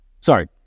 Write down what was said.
Sorry